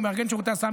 מארגן שירות הסעה,